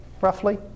roughly